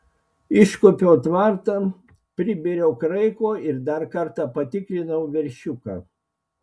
iškuopiau tvartą pribėriau kraiko ir dar kartą patikrinau veršiuką